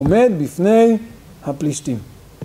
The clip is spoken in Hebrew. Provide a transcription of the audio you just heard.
עומד בפני הפלישתים